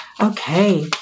okay